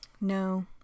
No